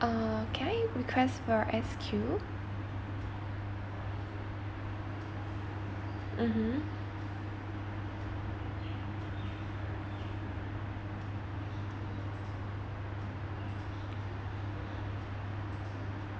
uh can I request for S_Q mmhmm